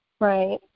Right